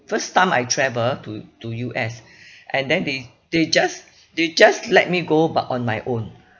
first time I travel to to U_S and then they they just they just let me go but on my own